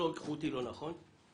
יבינו אותי לא נכון,